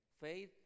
Faith